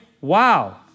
wow